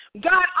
God